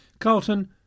Carlton